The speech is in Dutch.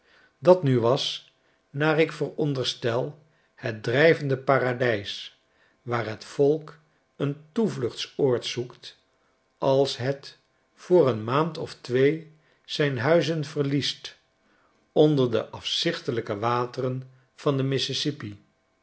dat nu was naar ik verstonderste het drijvende paradys waar het volk een toevluchtsoord zoekt als het voor een maand of twee zijn huizen verliest onder de afzichtelijke wateren van den